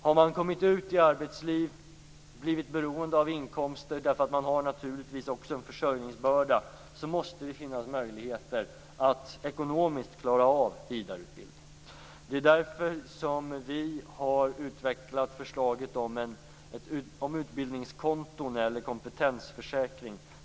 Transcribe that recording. Har man kommit ut i arbetsliv och blivit beroende av inkomster därför att man naturligtvis också har en försörjningsbörda måste det finnas möjligheter att ekonomiskt klara av vidareutbildning. Det är därför som vi i Centerpartiet har utvecklat förslaget om utbildningskonton eller kompetensförsäkring.